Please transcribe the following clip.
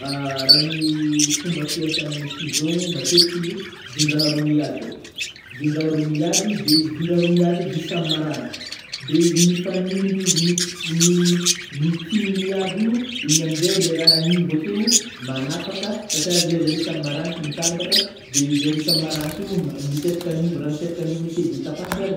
Ra ny fomba fiasan'ny ciseau mo matetiky izy, vin-draha roa miady ai- vindraha roa miady de izy vin-draha roa miady io vy samy marangitra, de izy mifanindry izy mif mi-mikigny miady io, igny amnjai o le raha agnivo akeo, manapaka satria le zare samy marangitra mitambatra, de izy aroa samy maranitra io m misefoka agnivo, rah misefoka agnivony ake de tapahinjare